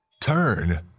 Turn